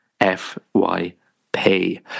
FYP